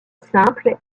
simple